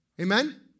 Amen